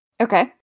Okay